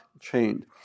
chained